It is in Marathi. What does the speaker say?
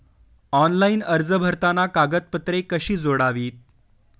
ऑनलाइन अर्ज भरताना कागदपत्रे कशी जोडावीत?